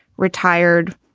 retired.